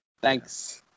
Thanks